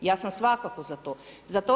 Ja sam svakako za to, za to.